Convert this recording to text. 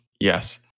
Yes